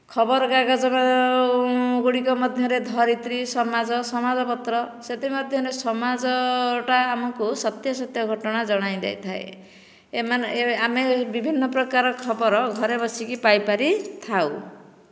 ଖବରକାଗଜ ଗୁଡ଼ିକ ମଧ୍ୟରେ ଧରିତ୍ରୀ ସମାଜ ସମ୍ବାଦ ପତ୍ର ସେଥିମଧ୍ୟରୁ ସମାଜଟା ଆମକୁ ସତ୍ୟସତ୍ୟ ଘଟଣା ଜଣାଇ ଦେଇଥାଏ ଏମାନେ ଆମେ ବିଭିନ୍ନ ପ୍ରକାର ଖବର ଘରେ ବସିକି ପାଇ ପାରିଥାଉ